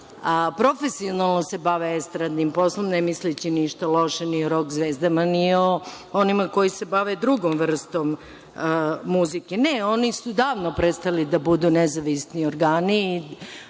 se profesionalno bave estradnim poslom, ne misleći ništa loše ni o rok zvezdama, ni o onima koji se bave drugom vrstom muzike. Ne, oni su davno prestali da budu nezavisni organi.